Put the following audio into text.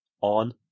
on